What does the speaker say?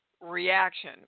reaction